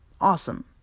awesome